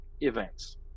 events